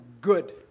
good